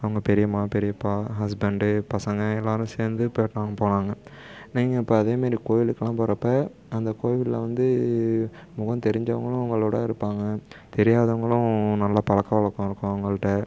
அவங்க பெரியம்மா பெரியப்பா ஹஸ்பண்டு பசங்கள் எல்லோரும் சேர்ந்து பேனால் போனாங்க நீங்கள் இப்போ அதேமாரி கோவிலுக்குலாம் போகிறப்ப அந்த கோவிலில் வந்து முகம் தெரிஞ்சவங்களும் உங்களோடய இருப்பாங்க தெரியாதவங்களும் நல்ல பழக்க வழக்கம் இருக்கும் அவங்கள்கிட்ட